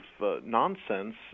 nonsense